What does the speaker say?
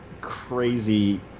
crazy